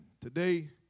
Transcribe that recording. Today